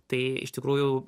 tai iš tikrųjų